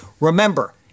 Remember